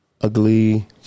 Ugly